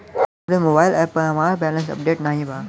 हमरे mobile app पर हमार बैलैंस अपडेट नाई बा